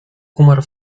umarła